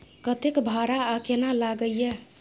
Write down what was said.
कतेक भाड़ा आ केना लागय ये?